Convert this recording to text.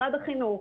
משרד החינוך,